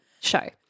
show